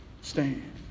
stand